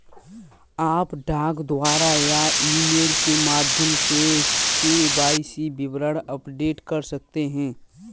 आप डाक द्वारा या ईमेल के माध्यम से के.वाई.सी विवरण अपडेट कर सकते हैं